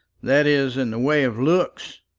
that is in the way of looks.